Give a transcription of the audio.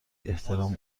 احترام